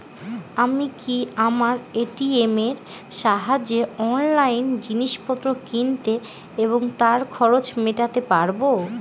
আমি কি আমার এ.টি.এম এর সাহায্যে অনলাইন জিনিসপত্র কিনতে এবং তার খরচ মেটাতে পারব?